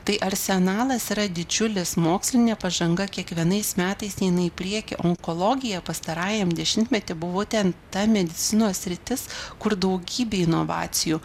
tai arsenalas yra didžiulis mokslinė pažanga kiekvienais metais eina į priekį onkologija pastarajam dešimtmety būtent ta medicinos sritis kur daugybė inovacijų